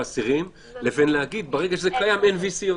האסירים" לבין להגיד ברגע שזה קיים אין VC יותר.